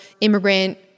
immigrant